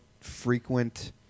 frequent